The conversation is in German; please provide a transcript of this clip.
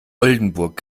oldenburg